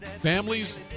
families